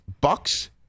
bucks